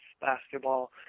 basketball